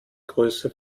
größe